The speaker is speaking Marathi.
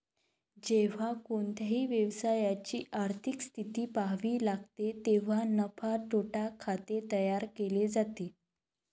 जेव्हा कोणत्याही व्यवसायाची आर्थिक स्थिती पहावी लागते तेव्हा नफा तोटा खाते तयार केले जाते